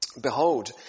Behold